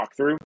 walkthrough